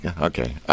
okay